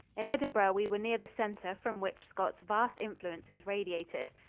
in edinburgh we were near the center from which scott's vast influences radiated.